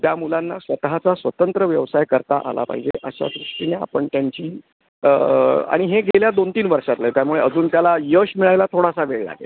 त्या मुलांना स्वतःचा स्वतंत्र व्यवसाय करता आला पाहिजे अशा दृष्टीने आपण त्यांची आणि हे गेल्या दोन तीन वर्षातलं आहे त्यामुळे अजून त्याला यश मिळायला थोडासा वेळ लागेल